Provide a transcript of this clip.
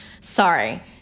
Sorry